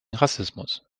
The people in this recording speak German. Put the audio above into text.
rassismus